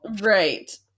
Right